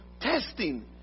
testing